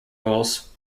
rules